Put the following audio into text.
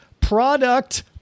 product